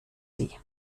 sie